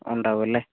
ഉണ്ടാവൂല്ലേ